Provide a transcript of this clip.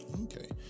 Okay